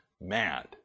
mad